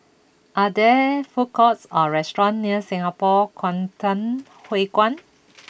are there food courts or restaurants near Singapore Kwangtung Hui Kuan